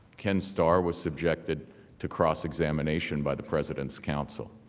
can star was subjected to cross-examination by the president's counsel.